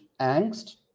angst